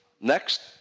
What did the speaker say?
Next